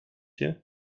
you